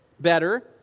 better